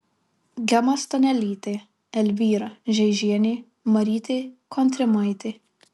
gema stanelytė elvyra žeižienė marytė kontrimaitė